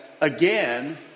again